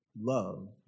love